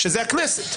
שזה הכנסת,